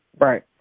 Right